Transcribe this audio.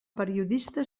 periodista